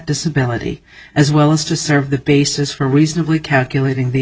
disability as well as to serve the basis for reasonably calculating the